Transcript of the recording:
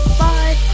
bye